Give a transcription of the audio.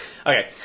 Okay